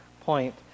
point